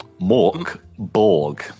Morkborg